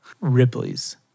Ripley's